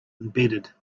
embedded